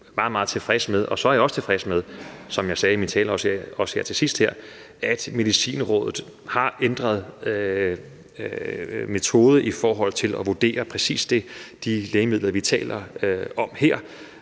meget, meget tilfreds med. Så er jeg også tilfreds med, som jeg også sagde i min tale her til sidst, at Medicinrådet har ændret metode i forhold til at vurdere præcis de lægemidler, de præparater,